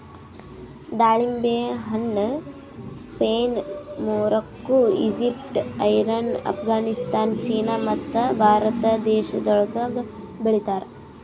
ದಾಳಿಂಬೆ ಹಣ್ಣ Spain, Morocco, Egypt, Iran, Afghanistan, China ಮತ್ತ ಭಾರತ ದೇಶಗೊಳ್ದಾಗ್ ಬೆಳಿತಾರ್